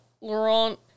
Laurent